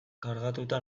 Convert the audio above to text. kargatuta